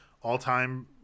all-time